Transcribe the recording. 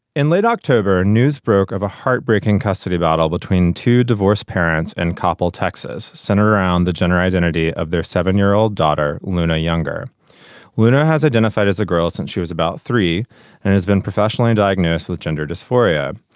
in late october news broke of a heartbreaking custody battle between two divorced parents and coppell texas center around the gender identity of their seven year old daughter luna younger widow has identified as a girl since she was about three and has been professionally and diagnosed with gender dysphoria.